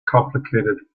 complicated